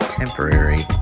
temporary